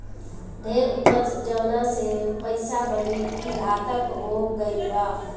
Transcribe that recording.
ढेर उपज जवना से पइसा बढ़ी, ई घातक हो गईल बा